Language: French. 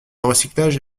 recyclage